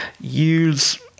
use